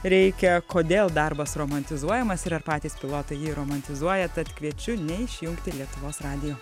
reikia kodėl darbas romantizuojamas ir ar patys pilotai jį romantizuoja tad kviečiu neišjungti lietuvos radijo